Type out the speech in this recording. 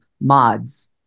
mods